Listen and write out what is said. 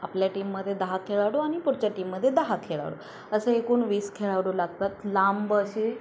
आपल्या टीममध्ये दहा खेळाडू आणि पुढच्या टीममध्ये दहा खेळाडू असं एकूण वीस खेळाडू लागतात लांब असे